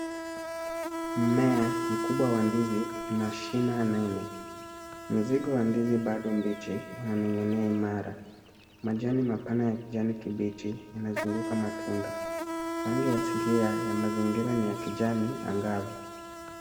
Mmea mkubwa wa ndizi una shina nene. Mzigo wa ndizi bado mbichi unaning'inia imara. Majani mapana ya kijani kibichi, yanazunguka matunda. Rangi asilia ya mazingira ni ya kijani angavu.